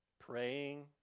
Praying